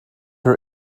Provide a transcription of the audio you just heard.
her